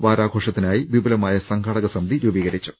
വാരാഘോഷ ത്തിനായി വിപുലമായ സംഘാടക സമിതി രൂപീകരിച്ചു